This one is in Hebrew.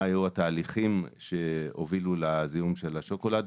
היו התהליכים שהובילו לזיהום בשוקולד.